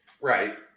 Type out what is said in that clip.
Right